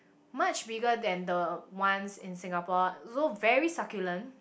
much bigger than the ones in Singapore so very succulent